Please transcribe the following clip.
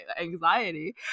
anxiety